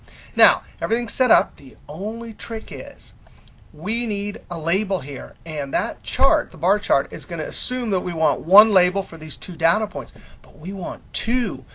now, everything's set up the only trick is we need a label here. and that chart, the bar chart is going to assume that we want one label for these two data points but we want two.